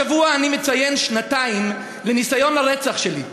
השבוע אני מציין שנתיים לניסיון הרצח שלי.